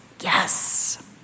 yes